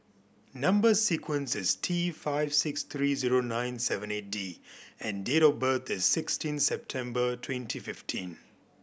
number sequence is T five six three zero nine seven eight D and date of birth is sixteen September twenty fifteen